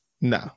No